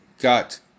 Got